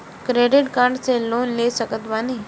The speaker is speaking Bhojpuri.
क्रेडिट कार्ड से लोन ले सकत बानी?